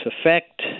effect